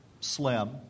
Slim